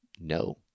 no